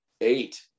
eight